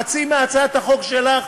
חצי מהצעת החוק שלך,